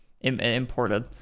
imported